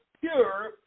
pure